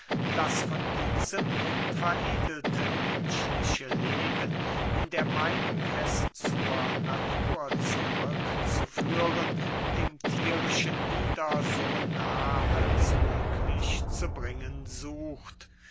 das von diesem veredelte menschliche leben in der meinung es zur natur zurückzuführen dem thierischen wieder so nahe als möglich zu bringen sucht